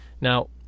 Now